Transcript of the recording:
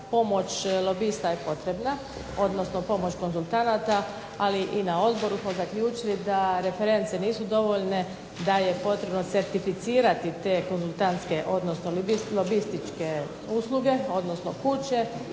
pomoć lobista je potrebna, odnosno pomoć konzultanata, ali i na odboru smo zaključili da reference nisu dovoljne, da je potrebno certificirati te konzultantske, odnosno lobističke usluge, odnosno kuće,